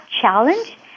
challenge